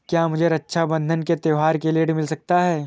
क्या मुझे रक्षाबंधन के त्योहार के लिए ऋण मिल सकता है?